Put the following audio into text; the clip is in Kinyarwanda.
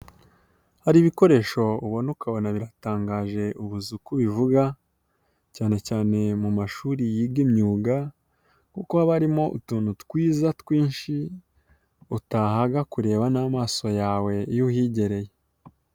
Hari ibikoresho ubona ukabona biratangaje ubuze uko ubivuga, cyanecyane mu mashuri yiga imyuga kuko haba harimo utuntu twiza twinshi utahaga kureba n'amaso yawe y'uhigereye.